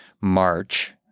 March